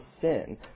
sin